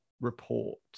report